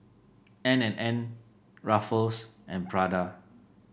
N and N Ruffles and Prada